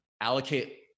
allocate